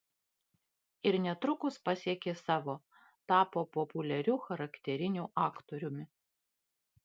ir netrukus pasiekė savo tapo populiariu charakteriniu aktoriumi